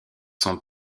sont